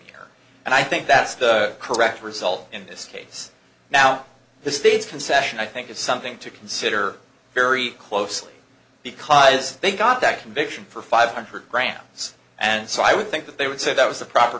r and i think that's the correct result in this case now the state's concession i think is something to consider very closely because they got that conviction for five hundred grams and so i would think that they would say that was the proper